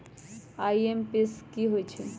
IMPS की होईछइ?